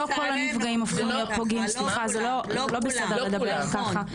לא בסדר לדבר ככה,